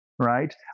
Right